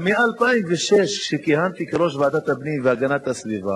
האקולוגיים, וגם לבריאות, וגם על הנזקים